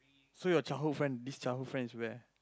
so your childhood friend this childhood friend is where